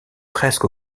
presque